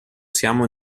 siamo